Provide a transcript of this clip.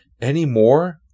anymore